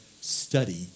study